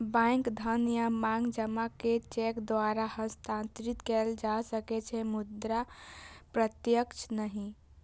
bank धन या मांग जमा कें चेक द्वारा हस्तांतरित कैल जा सकै छै, मुदा प्रत्यक्ष नहि